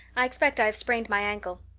i expect i have sprained my ankle.